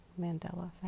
Mandela